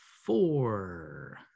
four